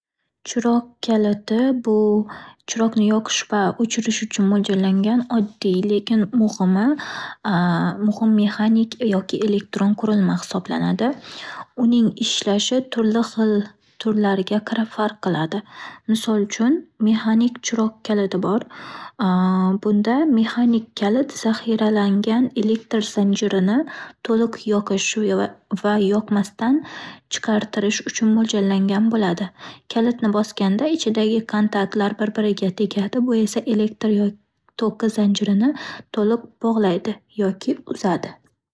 Chiroq kaliti bu-chiroqni yoqish va o'chirish uchun mo'ljallangan oddiy lekin muhimi, muhim mexanik yoki elektron qurilma hisoblanadi. Uning ishlashi turli xil turlariga qarab farq qiladi. Misol uchun, mexanik chiroq kaliti bor. Bunda mexanik kalit zaxiralangan elektr zanjirini to'liq yoqish v-va yoqmasdan chiqartirish uchun mo'ljallangan bo'ladi. Kalitni bosganda, ichidagi kontatlar bir-biriga tegadi. Bu esa elektr yo toki zanjirini to'liq bog'laydi yoki uzadi.